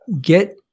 Get